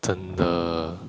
真的